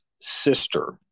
sister